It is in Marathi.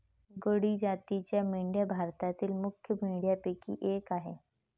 गड्डी जातीच्या मेंढ्या भारतातील मुख्य मेंढ्यांपैकी एक आह